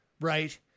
right